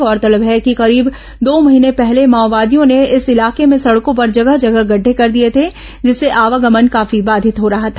गौरतलब है कि करीब दो महीने पहले माओवादियों ने इस इलाके में सड़कों पर जगह जगह गड़दे कर दिए थे जिससे आवागमन काफी बाधित हो रहा था